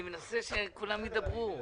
אני מנסה שכולם ידברו.